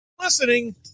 Listening